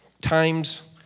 time's